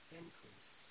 increase